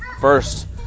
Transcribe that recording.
First